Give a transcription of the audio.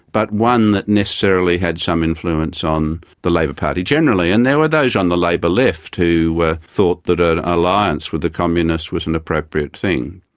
but one that necessarily had some influence on the labor party generally. and there were those on the labor left who thought that ah an alliance with the communists was an appropriate thing.